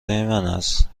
است